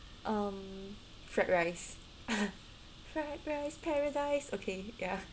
um fried rice fried rice paradise okay ya